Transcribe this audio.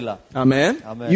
Amen